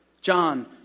John